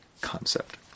concept